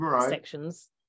sections